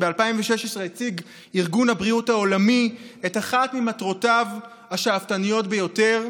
שב-2016 הציג ארגון הבריאות העולמי את אחת ממטרותיו השאפתניות ביותר: